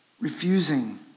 refusing